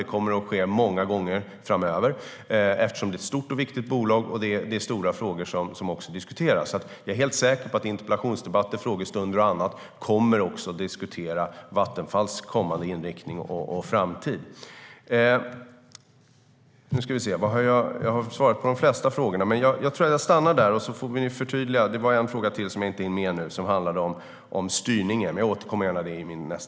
Det kommer att ske många gånger framöver eftersom det är ett stort och viktigt bolag och det är stora frågor som diskuteras. Jag är säker på att Vattenfalls kommande inriktning och framtid kommer att diskuteras i interpellationsdebatter, på frågestunder och annat. Jag återkommer till frågan om styrningen i nästa inlägg.